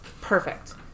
perfect